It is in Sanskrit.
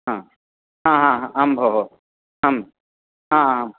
अ अहम् आम् भोः अहम् अ आ आम्